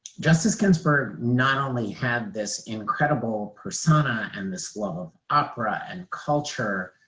justice ginsburg not only had this incredible persona and this love of opera, and culture,